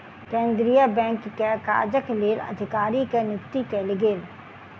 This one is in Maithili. केंद्रीय बैंक के काजक लेल अधिकारी के नियुक्ति कयल गेल